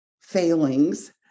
failings